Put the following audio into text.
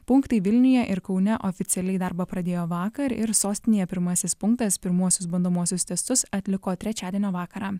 punktai vilniuje ir kaune oficialiai darbą pradėjo vakar ir sostinėje pirmasis punktas pirmuosius bandomuosius testus atliko trečiadienio vakarą